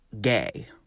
gay